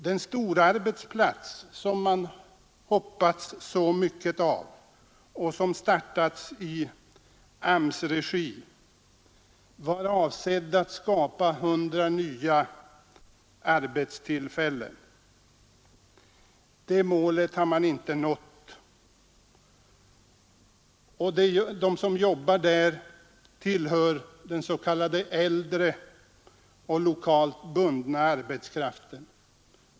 Den stora arbetsplats som man hoppats så mycket av och som startats i AMS:s regi var avsedd att skapa 100 nya arbetstillfällen. Det målet har man inte nått. De som jobbar där tillhör den s.k. äldre och lokalt bundna arbetskraften.